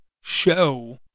show